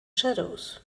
shadows